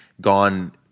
gone